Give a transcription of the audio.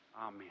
Amen